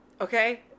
okay